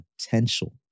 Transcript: potential